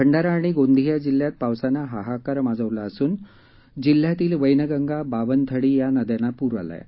भंडारा आणि गोंदिया जिल्ह्यात पावसाने हाहाकार माजविला असून जिल्ह्यातील वैनगंगा बावनथडी या नद्याना पूर आला आहे